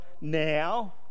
now